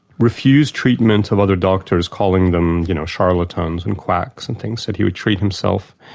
refused treatment of other doctors, calling them you know charlatans and quacks and things, said he would treat himself.